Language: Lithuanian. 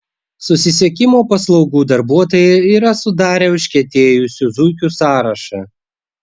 susisiekimo paslaugų darbuotojai yra sudarę užkietėjusių zuikių sąrašą